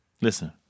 listen